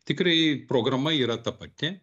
tikrai programa yra ta pati